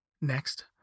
Next